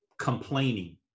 complaining